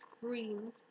screamed